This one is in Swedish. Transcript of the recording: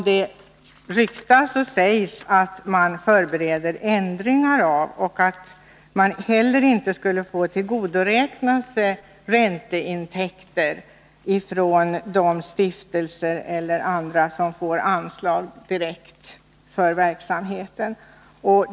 Det ryktas att det här förbereds ändringar och att man inte heller skall få tillgodoräkna sig ränteintäkter från de stiftelser eller andra som får anslag direkt för verksamheten.